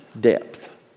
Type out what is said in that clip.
depth